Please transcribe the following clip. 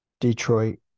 Detroit